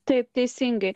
taip teisingai